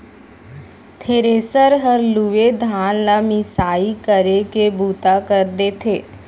thresher हर लूए धान ल मिसाई करे के बूता कर देथे